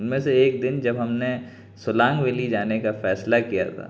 ان میں سے ایک دن جب ہم نے سلانگ ویلی جانے کا فیصلہ کیا تھا